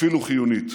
אפילו חיונית.